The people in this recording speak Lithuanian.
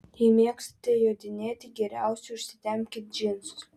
jei mėgstate jodinėti geriausia užsitempkit džinsus